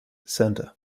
centre